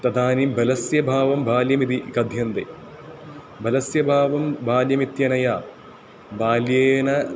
तदानीं बलस्य भावं बाल्यमिति कथ्यन्ते बलस्य भावः बाल्यमित्यनया बाल्येन